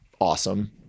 awesome